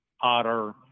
otter